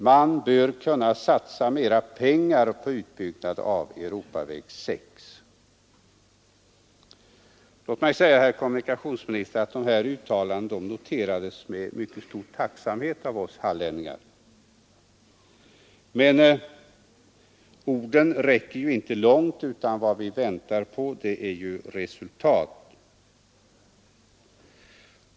——— Man bör kunna satsa mera pengar på utbyggnad av Europaväg 6.” Låt mig säga, herr kommunikationsminister, att dessa uttalanden noterades med mycket stor tacksamhet av oss hallänningar. Men ord räcker inte långt, utan vad vi väntar på är resultat.